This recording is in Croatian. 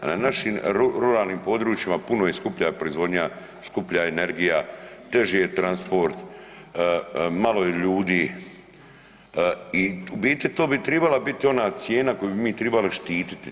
Našim ruralnim područjima puno je skuplja proizvodnja, skuplja energija, teži je transport, malo je ljudi i u biti to bi tribala biti ona cijena koju bi mi tribali štititi.